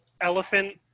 Elephant